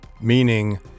Meaning